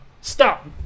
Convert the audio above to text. Stop